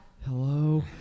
Hello